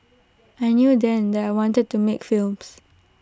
I knew then that I wanted to make films